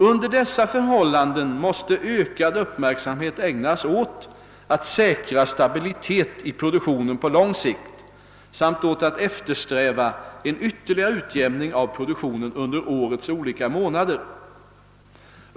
Under dessa förhållanden måste ökad uppmärksamhet ägnas åt att säkra stabilitet i produktionen på lång sikt samt åt att eftersträva en ytterligare utjämning av produktionen under årets olika månader.